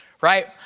right